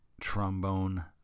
trombone